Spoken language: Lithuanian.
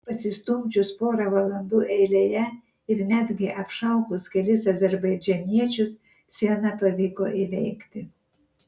pasistumdžius porą valandų eilėje ir netgi apšaukus kelis azerbaidžaniečius sieną pavyko įveikti